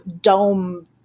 dome